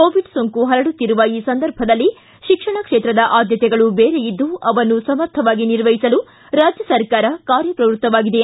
Covid ಸೋಂಕು ಪರಡುತ್ತಿರುವ ಈ ಸಂದರ್ಭದಲ್ಲಿ ಶಿಕ್ಷಣ ಕ್ಷೇತ್ರದ ಆದ್ಯತೆಗಳು ಬೇರೆಯಿದ್ದು ಅವನ್ನು ಸಮರ್ಥವಾಗಿ ನಿರ್ವಹಿಸಲು ರಾಜ್ಯ ಸರ್ಕಾರ ಕಾರ್ಯಪ್ರವೃತ್ತವಾಗಿದೆ